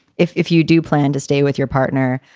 if if you do plan to stay with your partner,